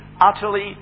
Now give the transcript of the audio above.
utterly